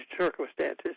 circumstances